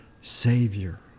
Savior